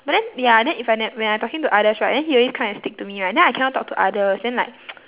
but then ya then if I ne~ when I talking to others right then he always come and stick to me right then I cannot talk to others then like